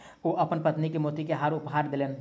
ओ अपन पत्नी के मोती के हार उपहार देलैन